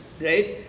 right